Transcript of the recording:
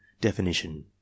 Definition